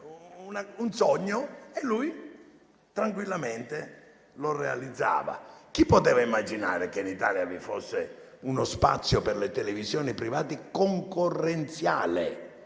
un sogno e lui tranquillamente lo realizzava. Chi poteva immaginare che in Italia vi fosse uno spazio per le televisioni private concorrenziale